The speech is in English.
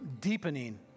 deepening